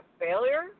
failure